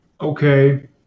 Okay